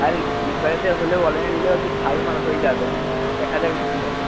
আর হলেও অনলাইনে হলে হবে কী ছাড় মাড় হয়ে যাবে দেখা যাক না কী হয়